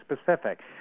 specific